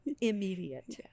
Immediate